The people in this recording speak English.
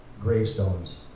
Gravestones